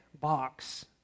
box